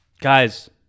guys